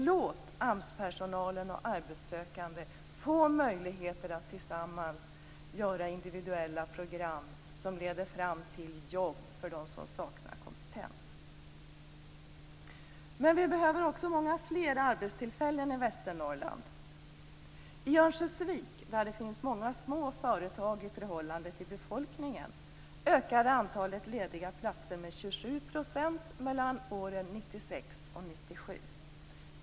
Låt AMS-personalen och de arbetssökande få möjligheter att tillsammans göra individuella program som leder fram till jobb för dem som saknar kompetens. Men vi behöver också många fler arbetstillfällen i Västernorrland. I Örnsköldsvik, där det finns många små företag i förhållande till befolkningen, ökade antalet lediga platser med 27 % mellan åren 1996 och 1997.